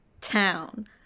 Town